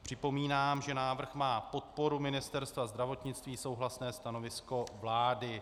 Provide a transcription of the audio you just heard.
Připomínám, že návrh má podporu Ministerstva zdravotnictví, souhlasné stanovisko vlády.